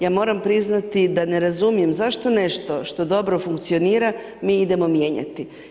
Ja moram priznati da ne razumijem zašto nešto što dobro funkcionira, mi idemo mijenjati.